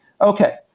Okay